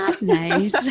nice